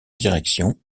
direction